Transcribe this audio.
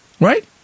Right